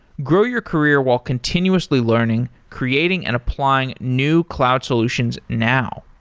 grow your career while continuously learning, creating and applying new cloud solutions now.